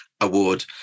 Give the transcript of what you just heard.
award